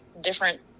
different